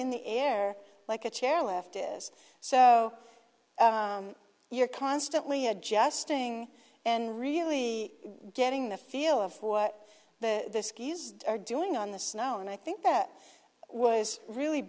in the air like a chair left is so you're constantly adjusting and really getting the feel of what the skis are doing on the snow and i think that was really